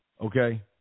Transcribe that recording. Okay